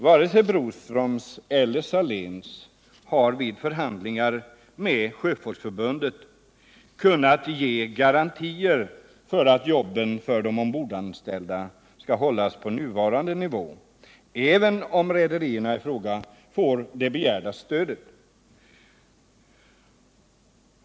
Vare sig Broströms eller Saléns har vid förhandlingar med Sjöfolksförbundet kunnat ge garantier för att jobben för de ombordanställda skall hållas på nuvarande nivå även om rederierna i fråga får det begärda stödet.